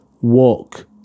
walk